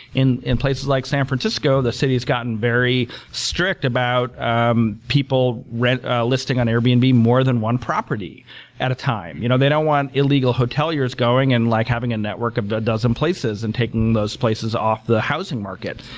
in in places like san francisco, the city has gotten very strict about um people ah listing on airbnb and more than one property at a time. you know they don't want illegal hoteliers going and like having a network of the dozen places and taking those places off the housing market.